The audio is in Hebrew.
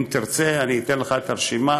אם תרצה אני אתן לך את הרשימה,